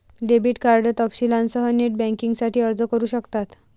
debit card तपशीलांसह net बँकिंगसाठी अर्ज करू शकतात